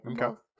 Okay